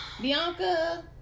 Bianca